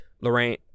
Lorraine